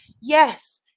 Yes